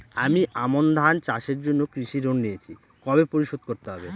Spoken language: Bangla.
আমি আমন ধান চাষের জন্য কৃষি ঋণ নিয়েছি কবে পরিশোধ করতে হবে?